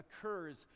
occurs